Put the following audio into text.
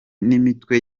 n’imitwe